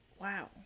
Wow